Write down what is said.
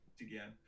again